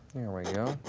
there we go.